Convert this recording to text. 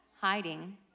hiding